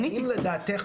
עניתי.